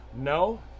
no